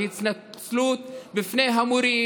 להתנצלות בפני המורים,